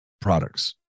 products